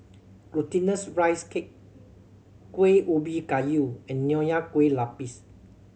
Glutinous Rice Cake Kuih Ubi Kayu and Nonya Kueh Lapis